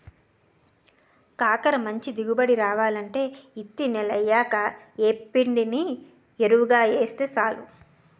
కాకర మంచి దిగుబడి రావాలంటే యిత్తి నెలయ్యాక యేప్పిండిని యెరువుగా యేస్తే సాలు